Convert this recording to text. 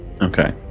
Okay